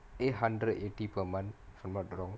eight hundred eighty per month if I'm not wrong